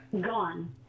Gone